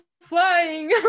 flying